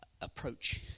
approach